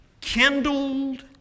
kindled